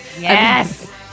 Yes